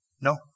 No